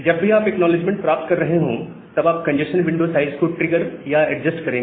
जब भी आप एक्नॉलेजमेंट प्राप्त कर रहे हो तब आप कंजेस्शन विंडो साइज को ट्रिगर या एडजस्ट करेंगे